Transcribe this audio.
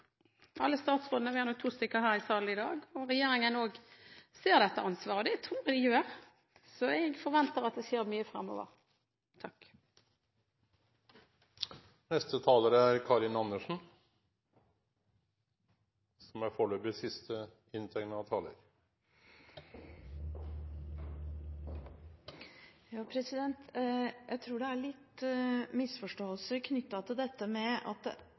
alle, dvs. alle statsrådene – vi har møtt to stykker her i salen i dag – og regjeringen ser dette ansvaret. Det tror jeg de gjør, så jeg forventer at det skjer mye fremover. Jeg tror det er litt misforståelser knyttet til dette med at det